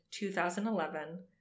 2011